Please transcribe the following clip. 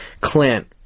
Clint